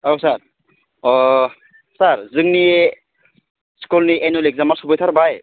औ सार अ सार जोंनि स्कुलनि एनुवेल एक्जामा सफैथारबाय